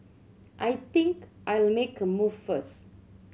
I think I'll make a move first